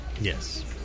Yes